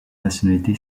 nationalité